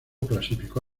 clasificó